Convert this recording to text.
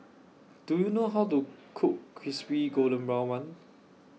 Do YOU know How to Cook Crispy Golden Brown Bun